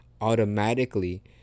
automatically